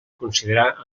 considerar